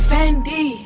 Fendi